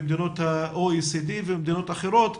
במדינות ה-OECD ומדינות אחרות,